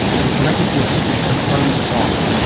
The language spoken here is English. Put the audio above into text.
i was directed to a seat next to karlie kloss,